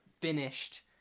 finished